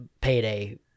payday